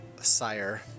sire